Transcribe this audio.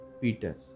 Peter